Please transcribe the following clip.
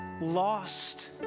lost